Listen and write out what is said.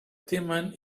temen